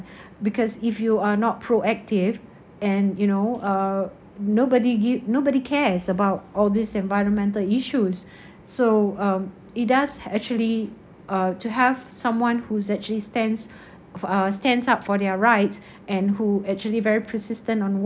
because if you are not proactive and you know uh nobody give nobody cares about all these environmental issues so um it does actually uh to have someone who's actually stands for uh stands up for their rights and who actually very persistent on